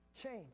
change